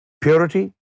purity